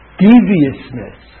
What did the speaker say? deviousness